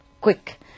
quick